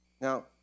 Now